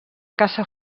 caça